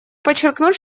подчеркнуть